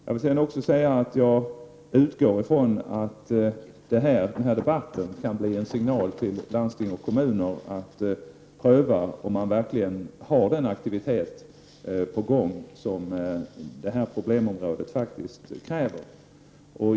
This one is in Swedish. Jag vill också säga att jag utgår ifrån att den här debatten kan bli en signal till landsting och kommuner att pröva om de verkligen har den aktivitet på gång som detta problemområde faktiskt kräver.